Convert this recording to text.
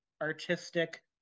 artistic